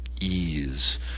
ease